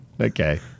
Okay